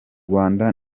rwanda